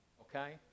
Okay